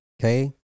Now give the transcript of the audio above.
Okay